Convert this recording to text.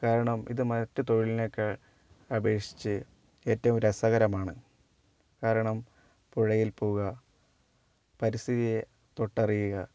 കാരണം ഇത് മറ്റു തൊഴിലിനെയൊക്കെ അപേക്ഷിച്ച് ഏറ്റവും രസകരമാണ് കാരണം പുഴയിൽ പോവുക പരിസ്ഥിതിയെ തൊട്ടറിയുക